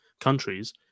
countries